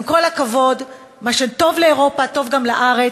עם כל הכבוד, מה שטוב לאירופה טוב גם לארץ.